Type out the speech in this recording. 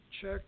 Check